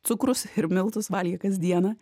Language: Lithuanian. cukrus ir miltus valgė kas dieną